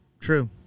true